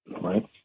Right